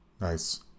Nice